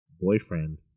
boyfriend